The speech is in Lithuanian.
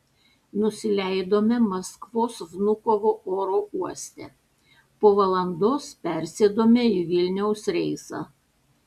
nusileidome maskvos vnukovo oro uoste po valandos persėdome į vilniaus reisą